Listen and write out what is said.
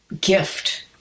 gift